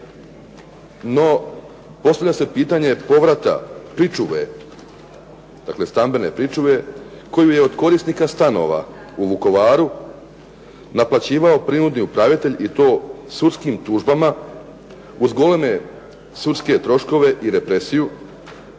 No, postavlja se pitanje povrata pričuve, dakle stambene pričuve koju je od korisnika stanova u Vukovaru naplaćivao prinudni upravitelj i to sudskim tužbama uz goleme sudske troškove i represiju,